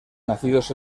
nacidos